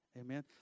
Amen